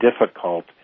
difficult